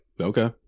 Okay